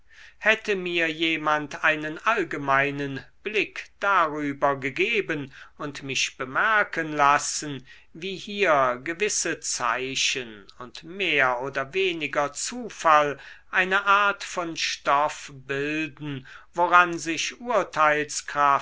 hätte mir jemand einen allgemeinen blick darüber gegeben und mich bemerken lassen wie hier gewisse zeichen und mehr oder weniger zufall eine art von stoff bilden woran sich